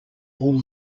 all